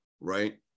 right